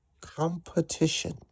competition